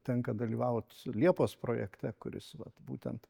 tenka dalyvaut liepos projekte kuris vat būtent